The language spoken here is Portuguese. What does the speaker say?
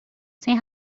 sem